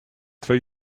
twee